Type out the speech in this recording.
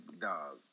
dog